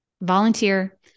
volunteer